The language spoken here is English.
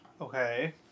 Okay